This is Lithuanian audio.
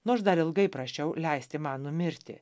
nors dar ilgai prašiau leisti man numirti